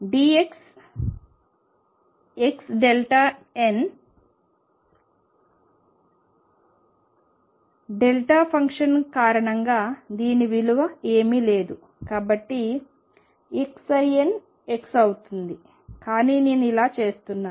∞x xdxxnx delta function కారణంగా దీని విలువ ఏమీ లేదు కానీ xnx అవుతుంది కానీ నేను ఇలా చేస్తున్నాను